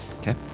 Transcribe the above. Okay